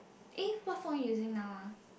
eh what phone are you using now ah